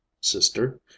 Sister